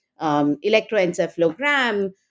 electroencephalogram